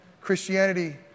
Christianity